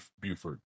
buford